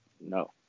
no